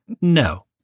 No